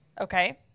Okay